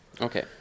Okay